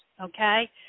okay